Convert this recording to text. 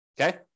okay